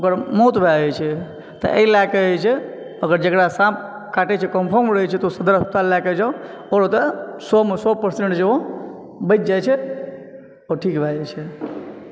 ओकर मौत भए जाइ छै तऽ अय लअ कए जे छै अगर जकरा साँप काटै छै ओ कन्फर्म रहै छै तऽ ओ सदर अस्पताल लए कए जाउ आओर ओतय सएमे सए पर्सेंट जे ओ बचि जाइ छै आओर ठीक भए जाइ छै